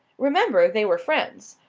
remember, they were friends.